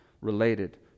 related